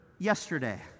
yesterday